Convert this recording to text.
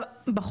ולכן,